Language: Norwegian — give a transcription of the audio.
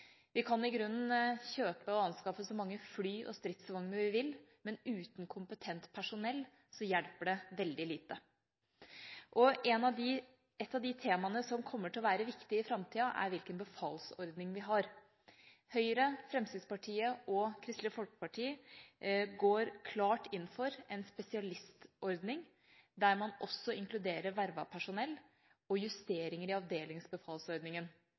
Vi kan i grunnen kjøpe og anskaffe så mange fly og stridsvogner vi vil, men uten kompetent personell hjelper det veldig lite. Et av de temaene som kommer til å være viktig i framtida, er hvilken befalsordning vi har. Høyre, Fremskrittspartiet og Kristelig Folkeparti går klart inn for en spesialistordning der man også inkluderer vervet personell og justeringer i avdelingsbefalsordningen.